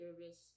service